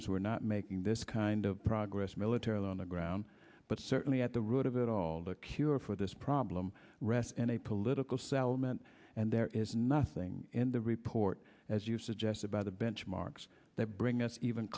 as we're not making this kind of progress militarily on the ground but certainly at the root of it all the cure for this problem rests and a political settlement and there is nothing in the report as you suggest about the benchmarks that bring us even